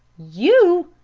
you!